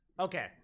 Okay